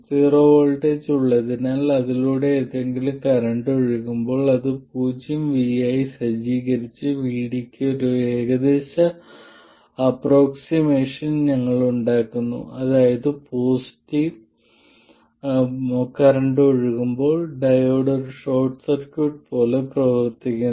zero voltage ഉള്ളതിനാൽ അതിലൂടെ ഏതെങ്കിലും കറന്റ് ഒഴുകുമ്പോൾ അത് പൂജ്യം V ആയി സജ്ജീകരിച്ച് VD ക്ക് ഒരു ഏകദേശ അപ്രോക്സിമേഷൻ ഞങ്ങൾ ഉണ്ടാക്കുന്നു അതായത് പോസിറ്റീവ് കറന്റ് ഒഴുകുമ്പോൾ ഡയോഡ് ഒരു ഷോർട്ട് സർക്യൂട്ട് പോലെ പ്രവർത്തിക്കുന്നു